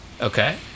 Okay